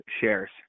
shares